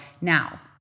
Now